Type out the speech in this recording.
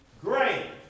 Great